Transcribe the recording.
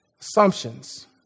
assumptions